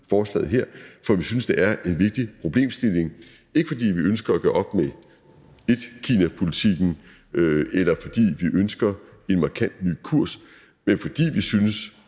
forslaget her. Vi synes, at det er en vigtig problemstilling, ikke fordi vi ønsker at gøre op med etkinapolitikken, eller fordi vi ønsker en markant ny kurs, men fordi vi omvendt